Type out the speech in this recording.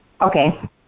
Okay